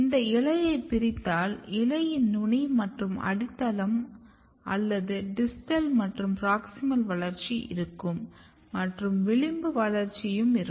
இந்த இலையை பிரித்தால் இலையின் நுனி மற்றும் அடித்தள அல்லது டிஸ்டல் மற்றும் பிராக்ஸிமல் வளர்ச்சி இருக்கும் மற்றும் விளிம்பு வளர்ச்சியும் இருக்கும்